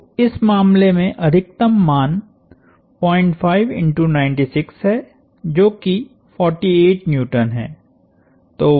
तो इस मामले में अधिकतम मान है जो कि 48N है